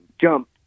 jump